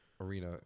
arena